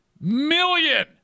Million